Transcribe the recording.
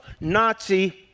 Nazi